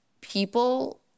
people